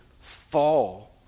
fall